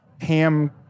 Ham